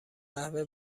قهوه